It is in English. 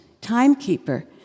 timekeeper